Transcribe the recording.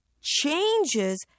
changes